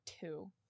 two